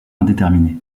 indéterminé